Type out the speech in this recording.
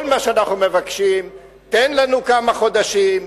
כל מה שאנחנו מבקשים: תן לנו כמה חודשים,